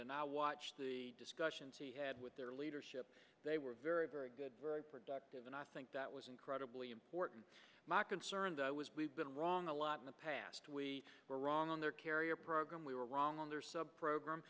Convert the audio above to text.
and i watched the discussions he had with their leadership they were very very good very productive and i think that was incredibly important my concern that i was we've been wrong a lot in the past we were wrong on their carrier program we were wrong on their sub program